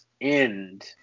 end